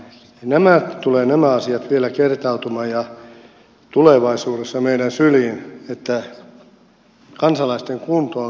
ja nämä asiat tulevat vielä kertautumaan tulevaisuudessa meidän syliin se että kansalaisten kunto on tämmöinen